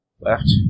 Left